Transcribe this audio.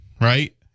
Right